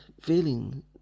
feeling